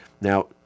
Now